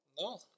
No